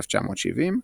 1970,